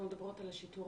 אנחנו מדברות על השיטור